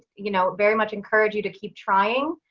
you know, very much encourage you to keep trying.